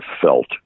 felt